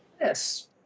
Yes